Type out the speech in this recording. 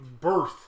birth